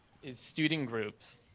is student groups.